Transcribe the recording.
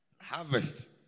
harvest